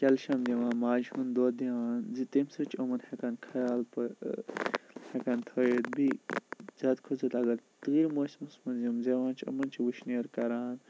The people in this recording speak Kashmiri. کیٚلشَم دِوان ماجہِ ہُنٛد دۄد دِوان زِ تمہِ سٟتۍ چھِ یِمَن ہیٚکان خَیال تہٕ ہیٚکان تھٲیِتھ بییِہ زیادٕ کھۄتہٕ زیادٕ اَگر تٟرِ موسمَس منٛز یِم زیٚوان چھِ یِمَن چھِ وُشنیر کَران